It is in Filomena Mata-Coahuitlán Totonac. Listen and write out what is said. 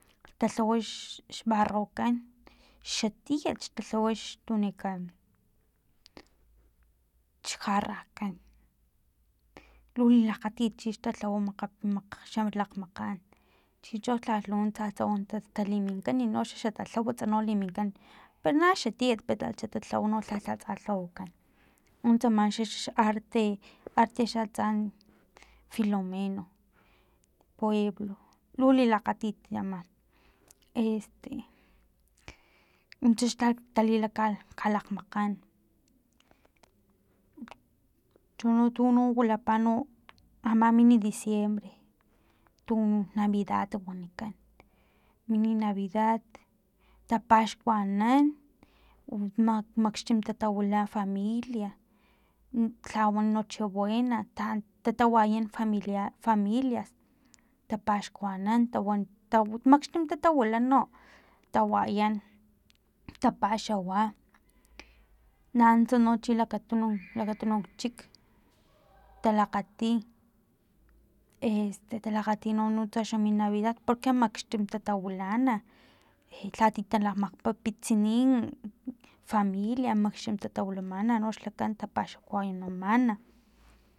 Xtalhawa xbarrokan xa tiat xtalhawa xlhawa tu wanikan xjarakan lu lilakgatit chix talhawa makga mak xalakg makgan chincho lhalh lununts tsatsa taliminkan no xatalhawats no liminkan pana xa tiat pero na lhalh tsa xa tatlau lhawakan untsama xa xarte arte xa atsa filomeno pueblo lu lilakgatit nuntsa ka tali la xalakgmakgan chono tuno wilapa no ama mini diciembre tu navidad wanikan nini navidad tapaxkuanan mak makxtim tawila familia lhawan nochebuena tan tatawayan familia familias tapaxkuanan tawan tawan makxtim tatawila no tawayan tapaxawa nanuntsa no chi lakan lakatunuk chik talakgati este talakgati nuntsa mini navidad porque makxtim tatawilana lhati talakg mapitsini ifamilia makxtim tatawilamana noxlakan paxkuanamana